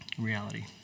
Reality